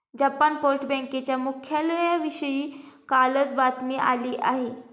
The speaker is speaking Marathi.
जपान पोस्ट बँकेच्या मुख्यालयाविषयी कालच बातमी आली आहे